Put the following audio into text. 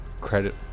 credit